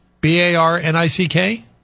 B-A-R-N-I-C-K